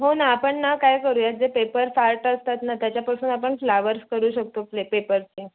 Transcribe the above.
हो ना आपण ना काय करू या जे पेपर फार्ट असतात ना त्याच्यापासून आपण फ्लॉवर्स करू शकतो प्ले पेपर्सचे